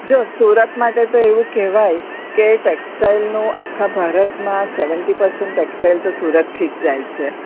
જો સુરત માટે તો એવું કહેવાય કે ટેક્સ્ટાઈલનું આખા ભારતમાં સેવનટી પરસન્ટ ટેક્સટાઇલ સુરતથી જ જાય છે